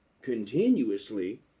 continuously